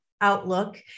outlook